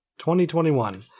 2021